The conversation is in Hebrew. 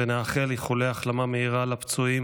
נאחל איחולי החלמה מהירה לפצועים.